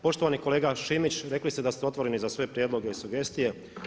Poštovani kolega Šimić, rekli ste da ste otvoreni za sve prijedloge i sugestije.